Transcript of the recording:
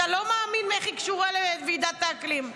אתה לא מאמין איך היא קשורה לוועידת האקלים.